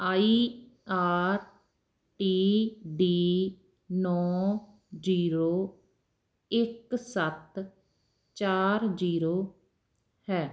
ਆਈ R T D ਨੌਂ zero ਇੱਕ ਸੱਤ ਚਾਰ ਜੀਰੋ ਹੈ